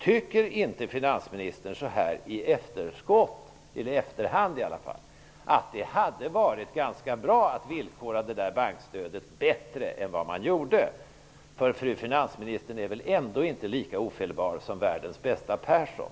Tycker inte finansministern, så här i efterhand, att det hade varit ganska bra att villkora bankstödet bättre än man gjorde? För fru finansministern är väl ändå inte lika ofelbar som världens bästa Persson?